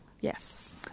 Yes